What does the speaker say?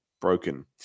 broken